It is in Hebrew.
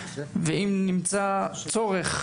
ואם נמצא צורך,